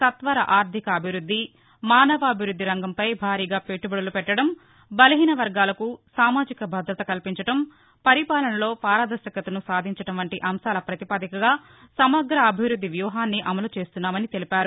సత్వర ఆర్దిక అభివృద్ది మానవాభివృద్ది రంగంపై భారీగా పెట్టబడులు పెట్టడం బలహీన వర్గాలకు సామాజిక భదత కల్పించడం పరిపాలనలో పారదర్శకతను సాధించడం వంటి అంశాల పాతిపదికగా సమగ్రాభివృద్ది వ్యూహాన్ని అమలుచేస్తున్నామని అన్నారు